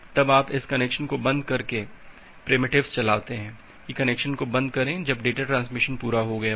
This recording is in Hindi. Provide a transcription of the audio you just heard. तब आप इस कनेक्शन को बंद करने का प्रिमिटिवस चलाते हैं कि कनेक्शन को बंद करें जब डेटा ट्रांसमिशन पूरा हो गया है